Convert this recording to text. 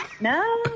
No